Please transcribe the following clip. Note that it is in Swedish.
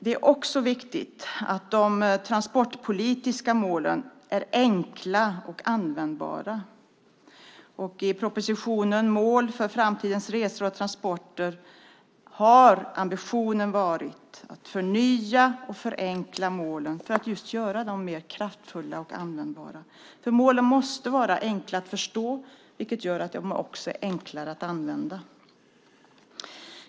Det är också viktigt att de transportpolitiska målen är enkla och användbara. I propositionen Mål för framtidens resor och transporter har ambitionen varit att förnya och förenkla målen för att just göra dem mer kraftfulla och användbara. Målen måste vara enkla att förstå, vilket gör att de också är enklare att använda.